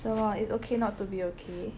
oh yah It's Okay Not to Be Okay